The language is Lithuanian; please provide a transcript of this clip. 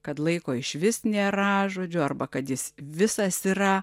kad laiko išvis nėra žodžiu arba kad jis visas yra